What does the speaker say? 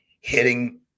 hitting